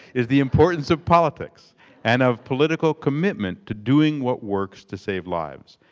is the importance of politics and of political commitment to doing what works to save lives.